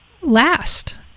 last